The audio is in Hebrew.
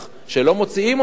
לא מוציאים אותך,